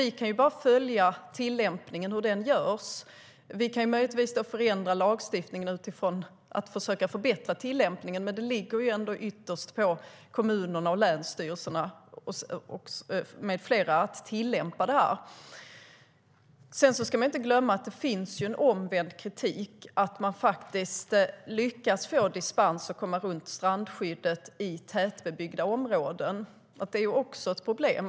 Vi kan bara följa hur tillämpningen sker. Vi kan möjligtvis förändra lagstiftningen genom att försöka förbättra tillämpningen, men det ligger ändå ytterst på kommunerna och länsstyrelserna med flera att tillämpa detta. Vi ska inte glömma att det finns en omvänd kritik, och den gäller att man har lyckats få dispens och kommit runt strandskyddet i tätbebyggda områden. Det är också ett problem.